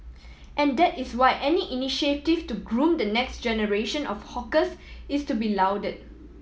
and that is why any initiative to groom the next generation of hawkers is to be lauded